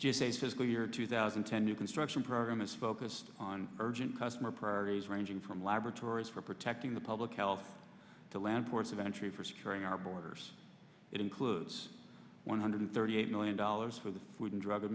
basically year two thousand and ten new construction program is focused on urgent customer priorities ranging from laboratories for protecting the public health to land ports of entry for securing our borders it includes one hundred thirty eight million dollars for the food and drug